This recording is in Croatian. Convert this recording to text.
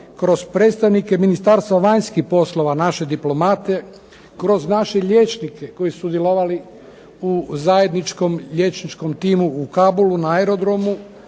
kroz predstavnike Ministarstva vanjskih poslova naše diplomate, kroz naše liječnike koji su sudjelovali u zajedničkom liječničkom timu u Kabulu na aerodromu,